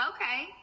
Okay